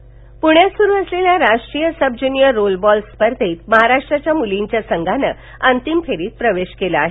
roll ball स्पर्धा पूण्यात सुरू असलेल्या राष्ट्रीय सब ज्यूनिअर रोलबॉल स्पर्धेत महाराष्ट्राच्या मुलींच्या संघानं अंतिम फेरीत प्रवेश केला आहे